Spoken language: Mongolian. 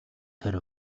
тэр